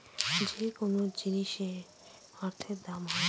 যেকোনো জিনিসের অর্থের দাম হয়